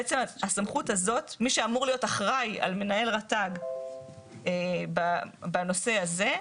בעצם מי שאמור להיות אחראי על מנהל רת"ג בנושא הזה,